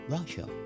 Russia